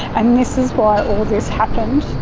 and this is why all this happened.